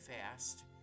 fast